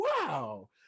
wow